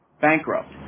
bankrupt